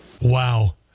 wow